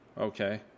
okay